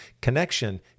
connection